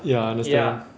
ya I understand